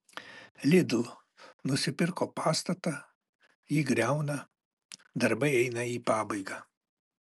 lidl nusipirko pastatą jį griauna darbai eina į pabaigą